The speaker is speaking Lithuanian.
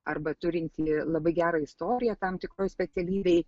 arba turintį labai gerą istoriją tam tikroj specialybėj